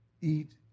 eat